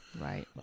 Right